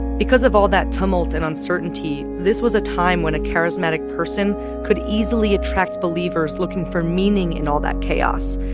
because of all that tumult and uncertainty, this was a time when a charismatic person could easily attract believers looking for meaning in all that chaos,